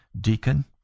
Deacon